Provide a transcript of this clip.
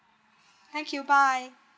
thank you bye